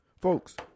Folks